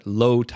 low